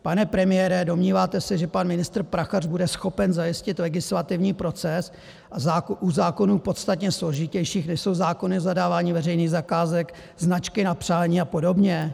Pane premiére, domníváte se, že pan ministr Prachař bude schopen zajistit legislativní proces u zákonů podstatně složitějších, než jsou zákony o zadávání veřejných zakázek, značky na přání a podobně?